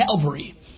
Calvary